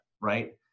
Right